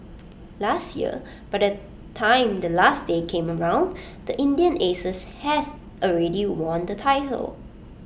last year by the time the last day came around the Indian Aces had already won the title